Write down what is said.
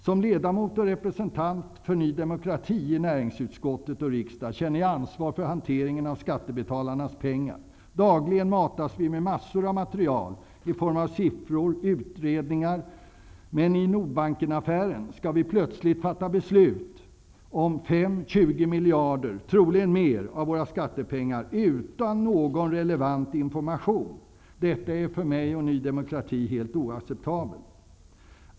Som ledamot och representant för Ny demokrati i näringsutskottet och riksdagen känner jag ansvar för hanteringen av skattebetalarnas pengar. Dagligen matas vi med massor av material i form av siffror och utredningar. Men i Nordbankenaffären skall vi plötsligt fatta beslut om 5, 20 miljarder, troligen mer av våra skattepengar, utan någon relevant information. Detta är för mig och Ny demokrai helt oacceptabelt.